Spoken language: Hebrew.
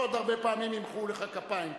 לא עוד הרבה פעמים ימחאו לך כפיים פה.